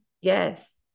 Yes